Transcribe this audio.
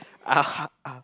(uh huh)